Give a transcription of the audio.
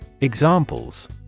Examples